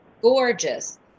gorgeous